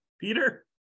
Peter